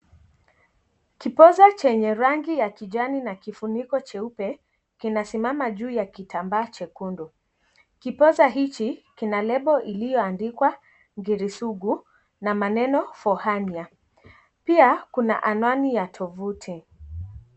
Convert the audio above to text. Kiposa chenye rangi ya kijani na kifuniko jeupe kinasimama juu ya kitambaa jekundu. Kiposa hiki kina lebo iliyoandikwa "Ngiri sugu" na maneno " for hernia . Pia kuna anwani ya tovuti.